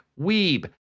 Weeb